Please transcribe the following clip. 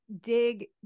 dig